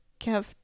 Kev